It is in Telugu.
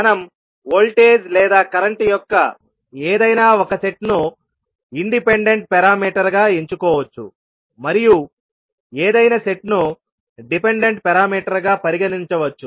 మనం వోల్టేజ్ లేదా కరెంట్ యొక్క ఏదైనా ఒక సెట్ను ఇండిపెండెంట్ పారామీటర్ గా ఎంచుకోవచ్చు మరియు ఏదైనా సెట్ను డిపెండెంట్ పారామీటర్ గా పరిగణించవచ్చు